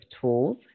tools